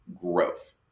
growth